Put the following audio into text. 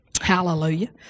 Hallelujah